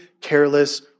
careless